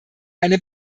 eine